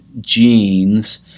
genes